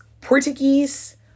Portuguese